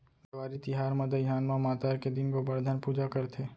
देवारी तिहार म दइहान म मातर के दिन गोबरधन पूजा करथे